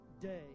day